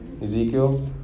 Ezekiel